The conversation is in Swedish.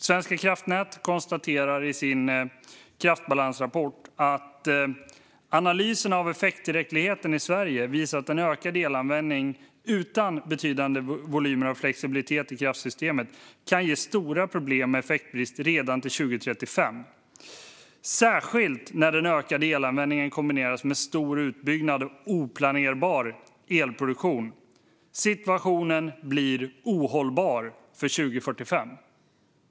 Svenska kraftnät konstaterar i sin kraftbalansrapport att analyserna av effekttillräckligheten i Sverige visar att en ökad elanvändning utan betydande volymer av flexibilitet i kraftsystemet kan ge stora problem med effektbrist redan till 2035, särskilt när den ökade elanvändningen kombineras med stor utbyggnad av oplanerbar elproduktion. Situationen blir ohållbar för 2045.